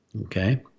okay